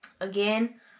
again